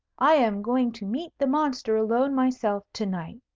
i am going to meet the monster alone myself, to-night.